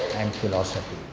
and philosophy.